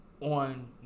on